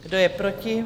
Kdo je proti?